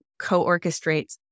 co-orchestrates